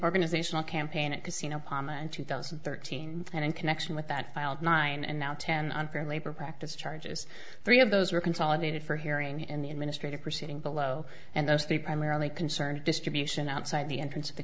organizational campaign at casino palm a in two thousand and thirteen and in connection with that filed nine and now ten unfair labor practice charges three of those were consolidated for hearing in the administrative proceeding below and those three primarily concerned distribution outside the entrance of the